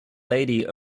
lady